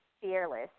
fearless